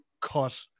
cut